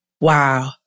Wow